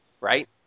Right